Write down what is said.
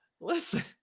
Listen